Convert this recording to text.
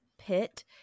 pit